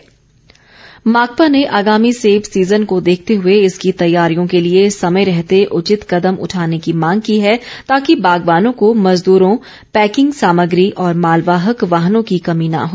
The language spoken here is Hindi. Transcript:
माकपा माकपा ने आगामी सेब सीजन को देखते हुए इसकी तैयारियों के लिए समय रहते उचित कदम उठाने की मांग की है ताकि बागवानों को मजदूरों पैकिंग सामग्री और मालवाहक वाहनों की कमी न हो